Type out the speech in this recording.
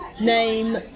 name